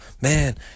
man